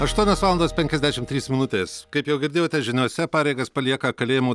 aštuonios valandos penkiasdešim trys minutės kaip jau girdėjote žiniose pareigas palieka kalėjimų